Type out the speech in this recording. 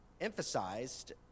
emphasized